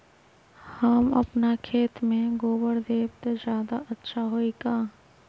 हम अपना खेत में गोबर देब त ज्यादा अच्छा होई का?